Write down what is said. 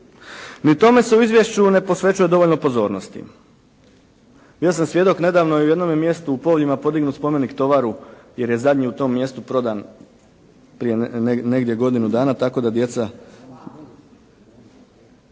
Ni tome se u izvješću ne posvećuje dovoljno pozornosti. Bio sam svjedok nedavno i u jednome mjestu u Povljima podignut spomenik tovaru jer je zadnji u tom mjestu prodan prije negdje godinu dana, tako da djeca